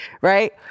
right